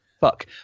Fuck